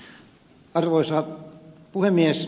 arvoisa puhemies